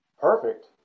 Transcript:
Perfect